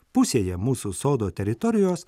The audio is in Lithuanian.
pusėje mūsų sodo teritorijos